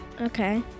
Okay